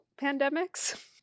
pandemics